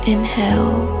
Inhale